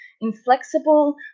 inflexible